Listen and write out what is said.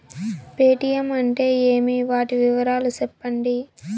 Paytm అంటే ఏమి, వాటి వివరాలు సెప్పండి?